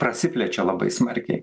prasiplečia labai smarkiai